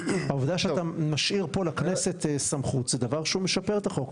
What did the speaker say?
העובדה שאתה משאיר לכנסת סמכות היא דבר שמשפר את החוק,